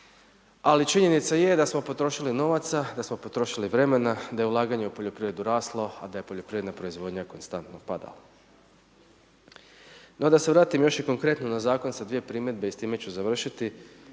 Ali činjenica je da smo potrošili novaca, da smo potrošili vremena, da je ulaganje u poljoprivredu raslo, a da je poljoprivredna proizvodnja konstantno padala. No da se vrati još i konkretno na Zakon sa dvije primjedbe i s time ću završiti.